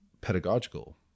pedagogical